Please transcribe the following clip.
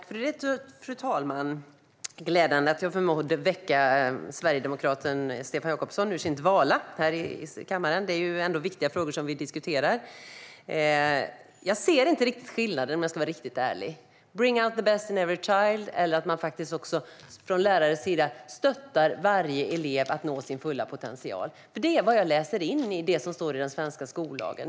Fru talman! Det är glädjande att jag förmådde väcka sverigedemokraten Stefan Jakobsson ur hans dvala här i kammaren; det är ju ändå viktiga frågor som vi diskuterar. Om jag ska vara ärlig ser jag inte riktigt skillnaden mellan "bring out the best in every child" och att man från lärarens sida stöttar varje elev att nå elevens fulla potential. Detta är nämligen vad jag läser in i den svenska skollagen.